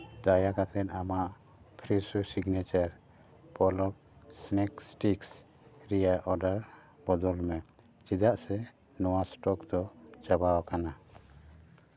ᱫᱟᱭᱟ ᱠᱟᱛᱮᱫ ᱟᱢᱟᱜ ᱯᱷᱨᱮᱥᱳ ᱥᱤᱜᱽᱱᱮᱪᱟᱨ ᱯᱚᱞᱚᱠ ᱥᱮᱱᱮᱠ ᱥᱴᱤᱠ ᱨᱮᱭᱟᱜ ᱚᱰᱟᱨ ᱵᱚᱫᱚᱞ ᱢᱮ ᱪᱮᱫᱟᱜ ᱥᱮ ᱱᱚᱣᱟ ᱥᱴᱚᱠ ᱫᱚ ᱪᱟᱵᱟ ᱟᱠᱟᱱᱟ